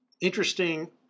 interesting